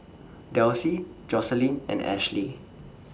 Delsie Joseline and Ashlee